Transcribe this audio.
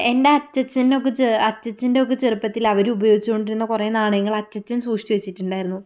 എൻ്റെ അച്ചച്ചനൊക്കെ ചേ അച്ചച്ചൻ്റെ ഒക്കെ ചെറുപ്പത്തിൽ അവരു ഉപയോഗിച്ച് കൊണ്ടിരുന്ന കുറേ നാണയങ്ങൾ അച്ചച്ചൻ സൂക്ഷിച്ച് വെച്ചിട്ടുണ്ടായിരുന്നു